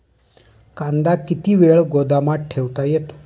कांदा किती वेळ गोदामात ठेवता येतो?